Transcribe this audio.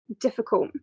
difficult